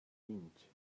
inch